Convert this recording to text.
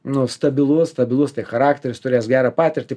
nu stabilus stabilus tai charakteris turės gerą patirtį